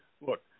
Look